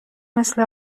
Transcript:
مثل